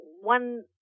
one